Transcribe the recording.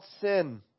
sin